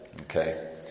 okay